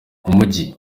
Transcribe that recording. umujyi